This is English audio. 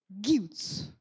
Guilt